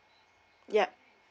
yup